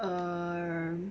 err